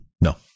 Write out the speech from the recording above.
No